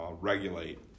regulate